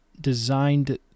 designed